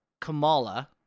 Kamala